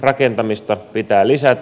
rakentamista pitää lisätä